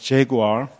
Jaguar